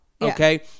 okay